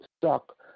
stuck